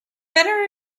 better